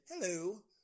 hello